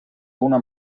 una